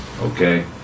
okay